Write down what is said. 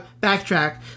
backtrack